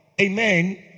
Amen